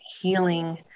healing